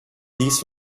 these